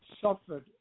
suffered